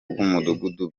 rw’umudugudu